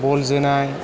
बल जोनाय